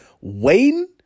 waiting